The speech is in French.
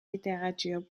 littérature